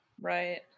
Right